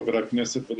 חבר הכנסת,